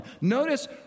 Notice